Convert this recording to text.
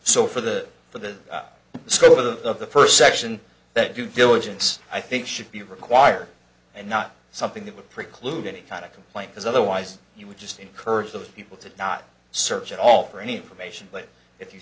so for the for the scope of the first section that due diligence i think should be required and not something that would preclude any kind of complaint because otherwise you would just encourage those people to not search at all for any relation but if you